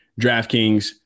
DraftKings